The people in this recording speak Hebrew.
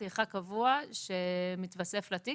מרגע שהתיק נפתח בהוצאה לפועל יש שכר טרחה קבוע שמתווסף לתיק